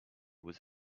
was